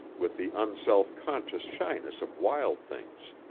with the unself-conscious shyness of wild things.